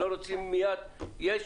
האם יש